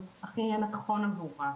הנכון עבורה.